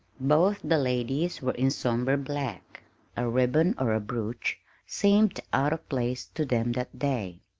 both the ladies were in somber black a ribbon or a brooch seemed out of place to them that day.